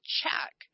check